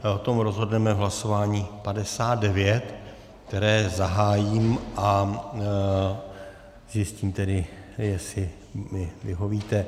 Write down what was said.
O tom rozhodneme v hlasování 59, které zahájím, a zjistím tedy, jestli mi vyhovíte.